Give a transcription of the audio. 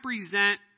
represent